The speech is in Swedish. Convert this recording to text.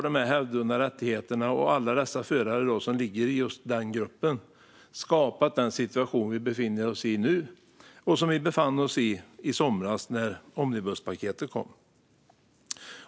De hävdvunna rättigheterna och alla de förare som finns i denna grupp har skapat den situation vi nu befinner oss i och som vi i somras befann oss i när omnibuspaketet kom.